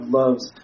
loves